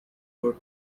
for